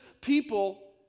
people